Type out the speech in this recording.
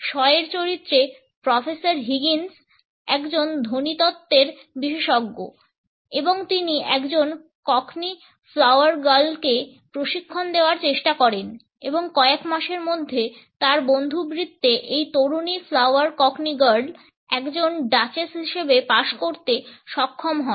Shaw এর চরিত্রে professor Higgins একজন ধ্বনিতত্ত্বের বিশেষজ্ঞ এবং তিনি একজন ককনি ফ্লাওয়ার গার্লকে প্রশিক্ষন দেওয়ার চেষ্টা করেন এবং কয়েক মাসের মধ্যে তার বন্ধু বৃত্তে এই তরুণী ফ্লাওয়ার ককনি গার্ল একজন ডাচেস হিসাবে পাস করতে সক্ষম হন